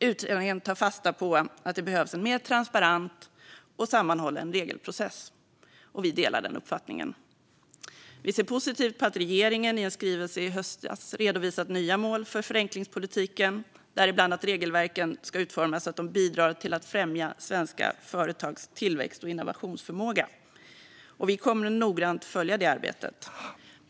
Utredningen tar fasta på att det behövs en mer transparent och sammanhållen regelprocess, och vi delar den uppfattningen. Vi ser positivt på att regeringen i en skrivelse i höstas redovisat nya mål för förenklingspolitiken, däribland att regelverken ska utformas så att de bidrar till att främja svenska företags tillväxt och innovationsförmåga, och vi kommer att noggrant följa det arbetet.